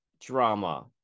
drama